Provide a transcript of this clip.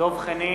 דב חנין,